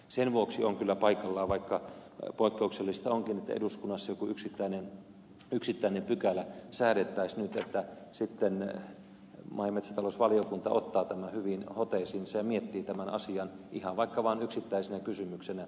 sen vuoksi on kyllä paikallaan vaikka poikkeuksellista onkin että eduskunnassa joku yksittäinen pykälä säädettäisiin nyt että sitten maa ja metsätalousvaliokunta ottaa tämän hyvin hoteisiinsa ja miettii tämän asian ihan vaikka vaan yksittäisenä kysymyksenä